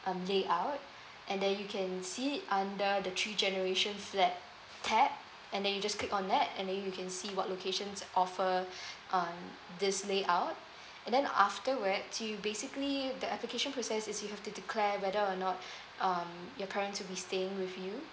um layout and then you can see it under the three generation flat tab and then you just click on that and then you can see what locations offer uh this layout and then afterwards you basically the application process is you have to declare whether or not um your parents will be staying with you